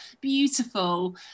beautiful